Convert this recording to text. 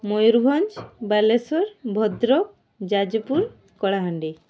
Mayurbhanj Balasore Bhadrak Jajpur Kalahandi